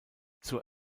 zur